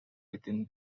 within